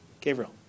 Gabriel